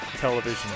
television